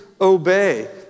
obey